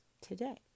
today